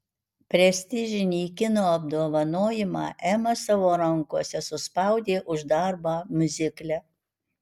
prestižinį kino apdovanojimą ema savo rankose suspaudė už darbą miuzikle